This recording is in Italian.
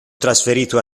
trasferito